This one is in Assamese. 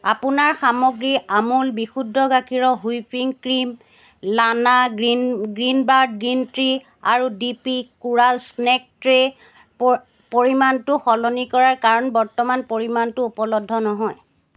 আপোনাৰ সামগ্ৰী আমুল বিশুদ্ধ গাখীৰৰ হুইপিং ক্ৰীম লানা গ্ৰীণ গ্ৰীণবাৰ্ড গ্ৰীণ টি আৰু ডিপি কোৰাল স্নেক ট্ৰেৰ পৰি পৰিমাণটো সলনি কৰা কাৰণ বৰ্তমান পৰিমাণটো উপলব্ধ নহয়